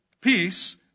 peace